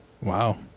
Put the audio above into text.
Wow